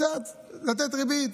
קצת לתת ריבית,